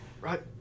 right